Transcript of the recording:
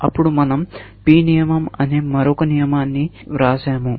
అప్పుడు మనం P నియమం అనే మరొక నియమాన్ని వ్రాసాము